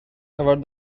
about